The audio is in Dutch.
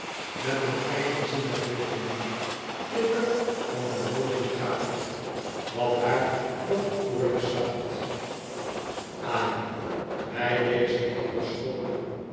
met een eigenzinnig wipjen pittig van naar boven gaat wat haar dat bekoorlijk staat ai mij deze